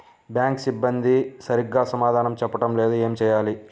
Bank సిబ్బంది సరిగ్గా సమాధానం చెప్పటం లేదు ఏం చెయ్యాలి?